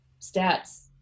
stats